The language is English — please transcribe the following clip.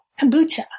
kombucha